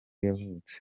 yavutse